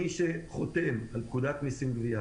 מי שחותם על פקודת המסים (גבייה),